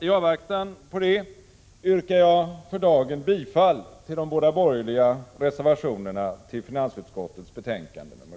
I avvaktan därpå yrkar jag för dagen bifall till de båda borgerliga reservationerna till finansutskottets betänkande nr 7.